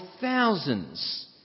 thousands